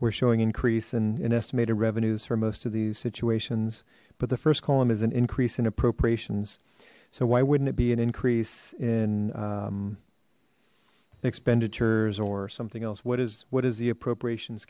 we're showing increase and an estimated revenues for most of these situations but the first column is an increase in appropriations so why wouldn't it be an increase in music expenditures or something else what is what is the appropriations